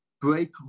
break